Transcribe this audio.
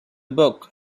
book